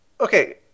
okay